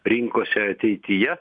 rinkose ateityje